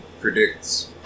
predicts